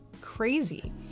crazy